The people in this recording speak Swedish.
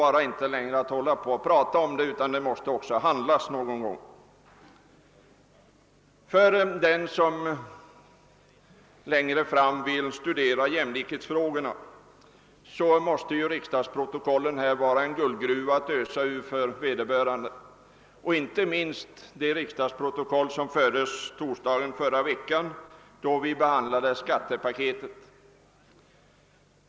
Det går inte längre att bara prata om det, utan det måste också handlas någon gång. För den som längre fram vill studera jämlikhetsfrågorna måste riksdagsprotokollen vara en guldgruva att ösa ur — inte minst det riksdagsprotokoll som fördes under torsdagen i förra veckan, då vi behandlade skattepaketet.